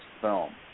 film